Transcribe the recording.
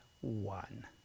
one